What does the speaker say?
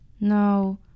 No